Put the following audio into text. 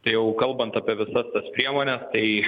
tai jau kalbant apie visas tas priemones tai